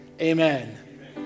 Amen